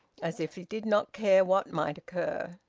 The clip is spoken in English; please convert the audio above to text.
as if he did not care what might occur.